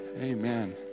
Amen